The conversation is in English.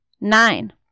Nine